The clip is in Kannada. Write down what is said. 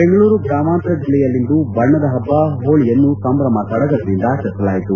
ಬೆಂಗಳೂರು ಗ್ರಾಮಾಂತರ ಜಿಲ್ಲೆಯಲ್ಲಿಂದು ಬಣ್ಣದ ಪಬ್ಬ ಹೋಳಿಯನ್ನು ಸಂಭ್ರಮ ಸಡಗರದಿಂದ ಆಚರಿಸಲಾಯಿತು